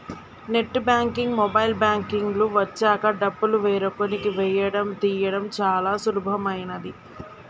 net banking, mobile banking లు వచ్చాక డబ్బులు వేరొకరికి వేయడం తీయడం చాలా సులభమైనది